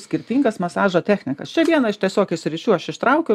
skirtingas masažo technikas čia viena iš tokių sričių aš ištraukiau